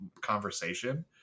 conversation